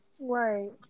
Right